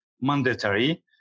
mandatory